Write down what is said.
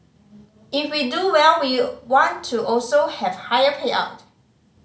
if we do well we'll want to also have higher payout